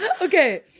Okay